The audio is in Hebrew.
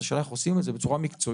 אז השאלה איך עושים את זה בצורה מקצועית,